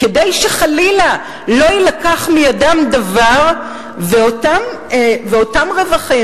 כדי שחלילה לא יילקח מידם דבר ואותם רווחים